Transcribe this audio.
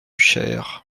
cher